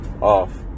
off